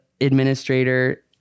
administrator